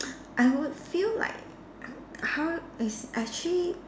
I would feel like how it's actually